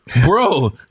Bro